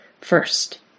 first